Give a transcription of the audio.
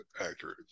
accurate